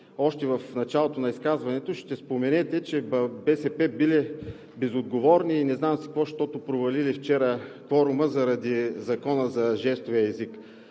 още в началото на изказването си ще споменете, че БСП били безотговорни и не знам си какво, защото вчера са провалили кворума заради Закона за жестовия език.